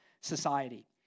society